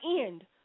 end